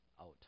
out